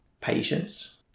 patience